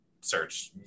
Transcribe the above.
search